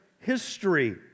history